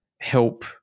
help